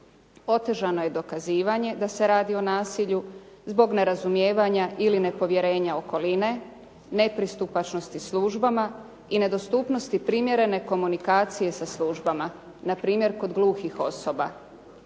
Otežano je dokazivanje da se radi o nasilju zbog nerazumijevanja ili nepovjerenja okoline, nepristupačnosti službama i nedostupnosti primjerene komunikacije sa službama, npr. kod gluhih osoba.